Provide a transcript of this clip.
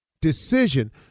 decision